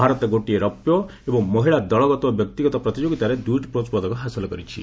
ଭାରତ ଗୋଟିଏ ରୌପ୍ୟ ଏବଂ ମହିଳା ଦଳଗତ ଓ ବ୍ୟକ୍ତିଗତ ପ୍ରତିଯୋଗିତାରେ ଦୂଇଟି ବ୍ରୋଞ୍ ପଦକ ହାସଲ କରିଛି